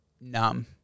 numb